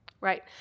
Right